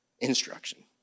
instruction